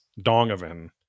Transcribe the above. dongovan